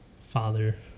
father